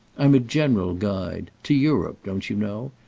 i'm a general guide to europe, don't you know?